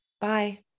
Bye